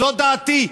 זאת דעתי.